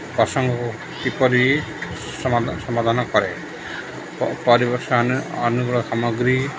ପ୍ରସଙ୍ଗକୁ କିପରି ସମାଧାନ କରେ ପରିବେଶ ଅନୁକୂଳ ସାମଗ୍ରୀ